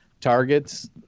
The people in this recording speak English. targets